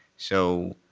so